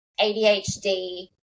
ADHD